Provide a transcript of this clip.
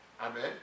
Amen